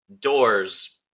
doors